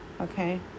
okay